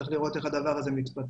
צריך לראות איך הדבר הזה מתפתח.